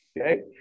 Okay